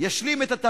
ולא